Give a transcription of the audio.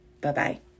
Bye-bye